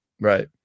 right